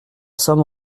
somme